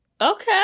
Okay